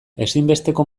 ezinbesteko